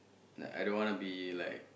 like I don't want to be like